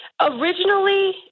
originally